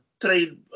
trade